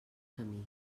camí